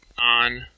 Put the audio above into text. on